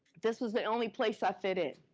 this was the only place i fit in.